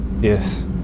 Yes